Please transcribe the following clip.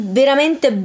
veramente